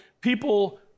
People